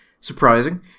surprising